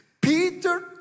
Peter